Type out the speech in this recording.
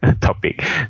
topic